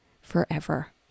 forever